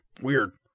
weird